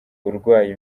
urwaye